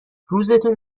روزتون